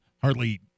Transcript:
hardly